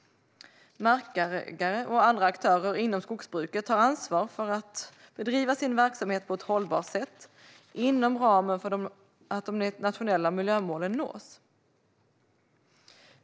Markägare och andra aktörer inom skogsbruket har ansvar för att bedriva sin verksamhet på ett hållbart sätt, inom ramen för att de nationella miljömålen nås.